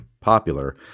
popular